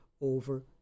over